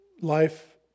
life